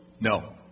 no